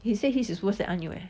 he say his is worse than 阿牛 eh